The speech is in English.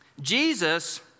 jesus